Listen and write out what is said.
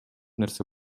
нерсе